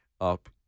up